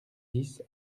dix